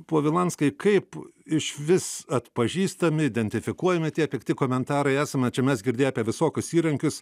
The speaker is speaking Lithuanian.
povilanskai kaip išvis atpažįstami identifikuojami tie pikti komentarai esame čia mes girdėję apie visokius įrankius